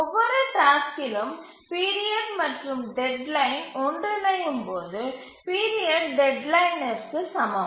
ஒவ்வொரு டாஸ்க்கிலும் பீரியட் மற்றும் டெட்லைன் ஒன்றினையும் போது பீரியட் டெட்லைனிற்கு சமம்